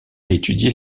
étudier